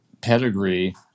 pedigree